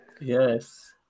Yes